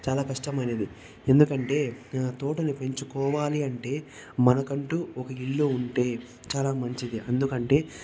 చాలా కష్టమైనది ఎందుకంటే తోటలు పెంచుకోవాలి అంటే మనకంటూ ఒక ఇల్లు ఉంటే చాలా మంచిది ఎందుకంటే